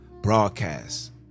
Broadcast